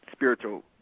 spiritual